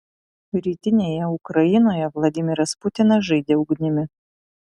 rytinėje ukrainoje vladimiras putinas žaidė ugnimi